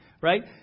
right